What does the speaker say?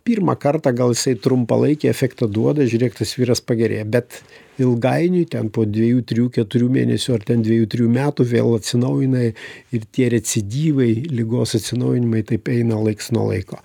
pirmą kartą gal jisai trumpalaikį efektą duoda žiūrėk tas vyras pagerėja bet ilgainiui ten po dviejų trijų keturių mėnesių ar ten dviejų trijų metų vėl atsinaujina ir tie recidyvai ligos atsinaujinimai taip eina laiks nuo laiko